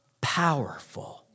powerful